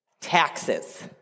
taxes